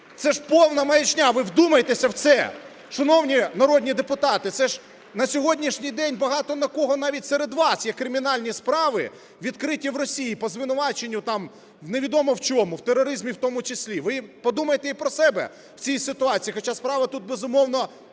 Це ж повна маячня! Ви вдумайтеся в це, шановні народні депутати! Це ж на сьогоднішній день багато на кого навіть серед вас є кримінальні справи, відкриті в Росії по звинуваченню там невідомо в чому, в тероризмі, в тому числі! Ви подумайте і про себе в цій ситуації, хоча справа тут, безумовно, в